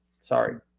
Sorry